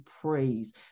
praise